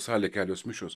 salė kelios mišios